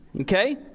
Okay